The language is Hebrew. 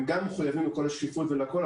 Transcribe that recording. הם גם מחויבים לכל השקיפות ולכול,